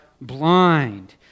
blind